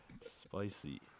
Spicy